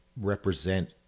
represent